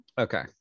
Okay